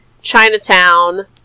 Chinatown